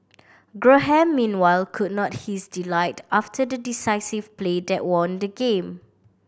graham meanwhile could not his delight after the decisive play that won the game